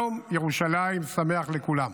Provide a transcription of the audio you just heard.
יום ירושלים שמח לכולם.